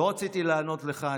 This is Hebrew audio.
לא רציתי לענות לך.